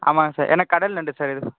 ஆமாங்க சார் ஏன்னா கடல் நண்டு சார் இது